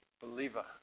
believer